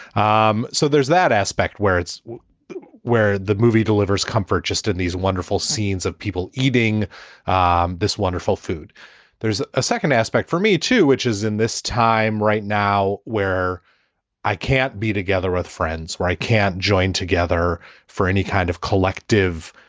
um so there's that aspect where it's where the movie delivers comfort just in these wonderful scenes of people eating um this wonderful food there's a second aspect for me, too, which is in this time right now where i can't be together with friends, i can't join together for any kind of collective.